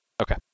Okay